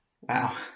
Wow